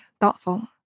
thoughtful